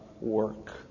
work